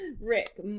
Rick